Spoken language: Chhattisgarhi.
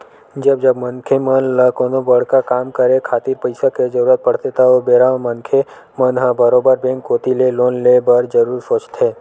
जब जब मनखे मन ल कोनो बड़का काम करे खातिर पइसा के जरुरत पड़थे त ओ बेरा मनखे मन ह बरोबर बेंक कोती ले लोन ले बर जरुर सोचथे